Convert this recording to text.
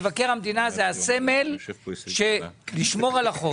מבקר המדינה זה הסמל של לשמור על החוק,